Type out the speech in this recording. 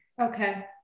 Okay